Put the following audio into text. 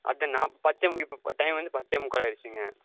அதுதான் நான் பத்து இப்போ ப டைம் வந்து பத்தே முக்கால் ஆகிடுச்சிங்க